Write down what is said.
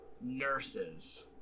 nurses